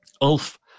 Ulf